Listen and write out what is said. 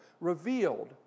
revealed